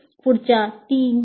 पुढच्या 3 4